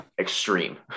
extreme